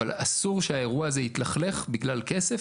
אבל אסור שהאירוע הזה יתלכלך בגלל כסף,